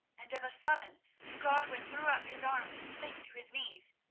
and of a sudden godwin threw up his arms and sank to his knees.